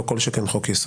לא כל שכן חוק יסוד.